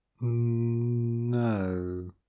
No